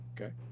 Okay